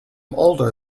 older